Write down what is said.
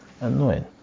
Annoying